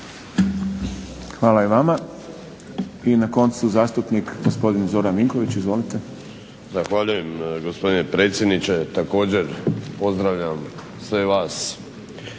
Hvala i vama. I na koncu zastupnik gospodin Zoran Vinković. Izvolite. **Vinković, Zoran (HDSSB)** Zahvaljujem gospodine predsjedniče. Također pozdravljam sve vas